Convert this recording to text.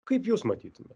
kaip jūs matytumėt